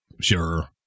sure